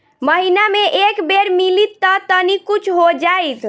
महीना मे एक बेर मिलीत त तनि कुछ हो जाइत